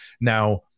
Now